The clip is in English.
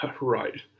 Right